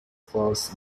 forces